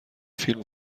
فیلم